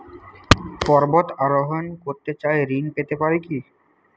পর্বত আরোহণ করতে চাই ঋণ পেতে পারে কি?